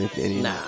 Nah